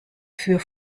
für